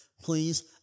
Please